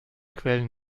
quellen